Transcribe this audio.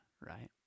right